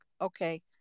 okay